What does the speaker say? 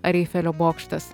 ar eifelio bokštas